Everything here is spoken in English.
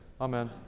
Amen